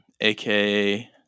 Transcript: aka